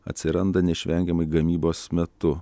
atsiranda neišvengiamai gamybos metu